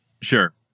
Sure